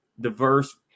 diverse